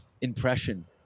impression